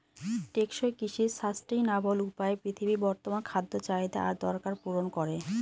টেকসই কৃষি সাস্টেইনাবল উপায়ে পৃথিবীর বর্তমান খাদ্য চাহিদা আর দরকার পূরণ করে